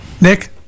Nick